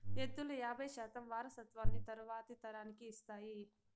ఎద్దులు యాబై శాతం వారసత్వాన్ని తరువాతి తరానికి ఇస్తాయి